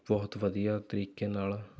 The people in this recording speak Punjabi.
ਬਹੁਤ ਵਧੀਆ ਤਰੀਕੇ ਨਾਲ